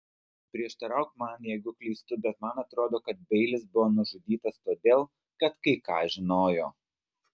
prieštarauk man jeigu klystu bet man atrodo kad beilis buvo nužudytas todėl kad kai ką žinojo